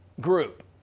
group